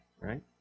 right